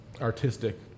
artistic